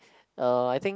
uh I think